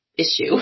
Issue